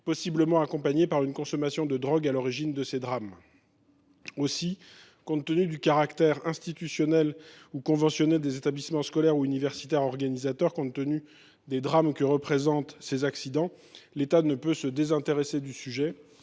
possiblement accompagnés d’une consommation de drogue à l’origine de ces drames. Aussi, compte tenu du caractère institutionnel ou conventionné des établissements scolaires ou universitaires organisateurs, et au vu des drames occasionnés, l’État ne saurait se désintéresser du sujet.